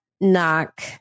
knock